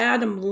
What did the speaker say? Adam